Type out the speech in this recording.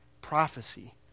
prophecy